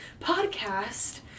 podcast